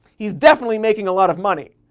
he's definitely making a lot of money,